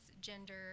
gender